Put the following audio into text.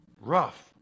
Rough